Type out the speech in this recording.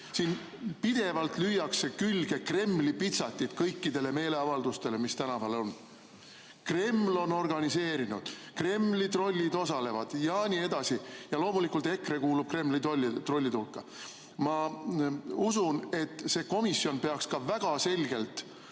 Siin pidevalt lüüakse Kremli pitsatiga peale kõikidele meeleavaldustele, mis tänaval on: Kreml on organiseerinud, Kremli trollid osalevad ja loomulikult kuulub EKRE Kremli trollide hulka. Ma usun, et see komisjon peaks väga selgelt